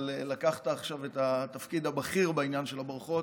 אבל לקחת עכשיו את התפקיד הבכיר בעניין של הברכות.